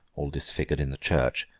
all disfigured, in the church,